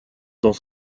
dans